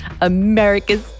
America's